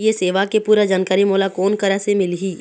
ये सेवा के पूरा जानकारी मोला कोन करा से मिलही?